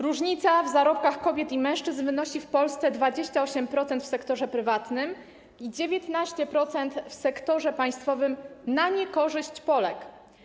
Różnica w zarobkach kobiet i mężczyzn wynosi w Polsce 28% w sektorze prywatnym i 19% w sektorze państwowym na niekorzyść Polek.